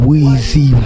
Weezy